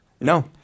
No